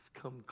come